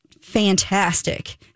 fantastic